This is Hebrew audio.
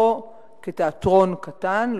לא כתיאטרון קטן,